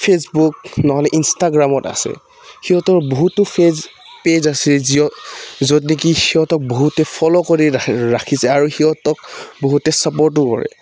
Facebook নহ'লে ইনষ্টাগ্ৰামত আছে সিহঁতৰ বহুতো ফেজ পেজ আছে যিঅ য'ত নেকি সিহঁতক বহুতে ফ'ল' কৰি ৰাখি ৰাখিছে আৰু সিহঁতক বহুতে ছাপৰ্টো কৰে